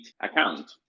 account